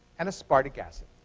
and aspartic acid.